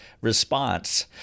response